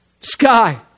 sky